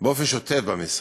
באופן שוטף במשרד.